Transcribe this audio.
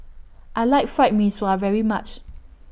I like Fried Mee Sua very much